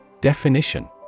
Definition